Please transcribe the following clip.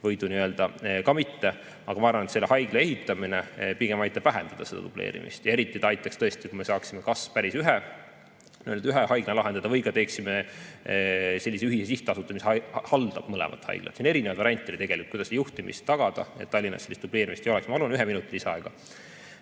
võidu. Aga ma arvan, et selle haigla ehitamine pigem aitab vähendada dubleerimist, ja eriti ta aitaks tõesti, kui me saaksime kas päris ühe haigla lahendada või teeksime sellise ühise sihtasutuse, mis haldab mõlemat haiglat. Siin on erinevaid variante, kuidas juhtimist tagada, et Tallinnas dubleerimist ei oleks. Ma palun ühe minuti lisaaega.